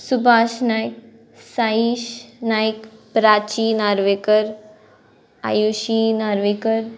Subhash Nayak Saish Nayak Prachi Narvekar Ayushi Narvekar